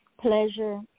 pleasure